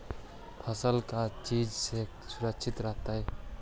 फसल का चीज से सुरक्षित रहता है?